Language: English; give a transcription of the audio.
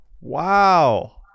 Wow